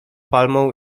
palmą